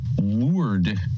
lured